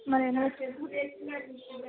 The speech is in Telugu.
మరి